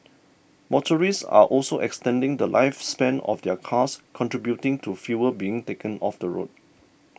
motorists are also extending the lifespan of their cars contributing to fewer being taken off the road